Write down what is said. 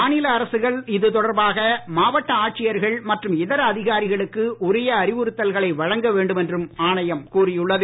மாநில அரசுகள் இதுதொடர்பாக மாவட்ட ஆட்சியர்கள் மற்றும் இதர அதிகாரிகளுக்கு உரிய அறிவுறுத்தல்களை வழங்க வேண்டும் என்றும் ஆணையம் கூறியுள்ளது